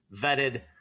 vetted